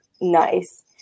nice